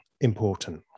important